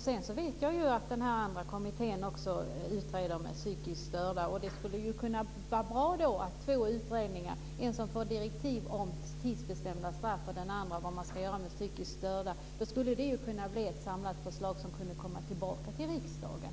Sedan vet jag att den andra kommittén också utreder de psykiskt störda. Det skulle då vara bra med två utredningar, en som får direktiv om tidsbestämda straff och den andra som utreder vad man ska göra med psykiskt störda. Det skulle kunna bli ett samlat förslag som kommer tillbaka till riksdagen.